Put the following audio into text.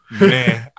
Man